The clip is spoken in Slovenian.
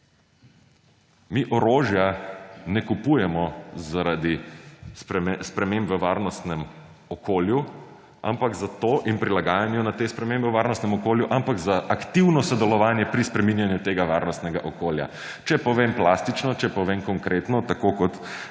Mi orožja ne kupujemo zaradi sprememb v varnostnem okolju in prilagajanja na te spremembe v varnostnem okolju, ampak za aktivno sodelovanje pri spreminjanju tega varnostnega okolja. Če povem plastično, če povem konkretno, tako kot